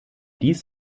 dies